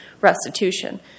restitution